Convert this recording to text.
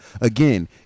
again